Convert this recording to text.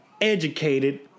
educated